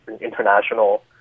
international